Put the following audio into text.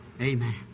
Amen